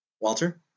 Walter